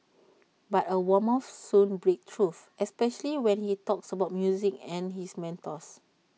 but A warmth soon breaks through especially when he talks about music and his mentors